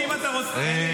--- אתה יודע לספור כאן?